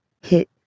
hit